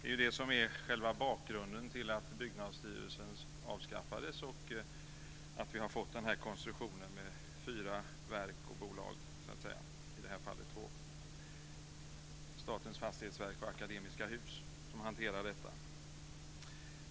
Det är det som är själva bakgrunden till att Byggnadsstyrelsen avskaffades och att vi har fått den här konstruktionen med fyra verk och bolag, i de här fallet två, Statens fastighetsverk och Akademiska Hus, som hanterar detta.